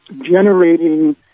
generating